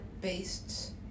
based